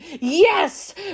Yes